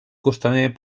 costaner